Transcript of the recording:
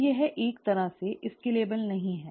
तो यह एक तरह से स्केलेबल नहीं है